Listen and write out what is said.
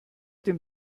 den